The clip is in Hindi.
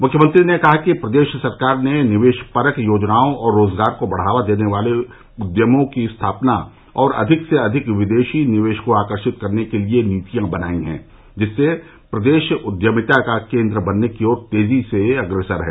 मुख्यमंत्री ने कहा कि प्रदेश सरकार ने निवेशपरक योजनाओं और रोजगार को बढ़ावा देने वाले उद्यमों की स्थापना और अधिक से अधिक विदेशी निवेश को आकर्षित करने के लिये नीतियां बनायीं हैं जिससे प्रदेश उद्यमिता का केन्द्र बनने की ओर तेजी से अग्रसर है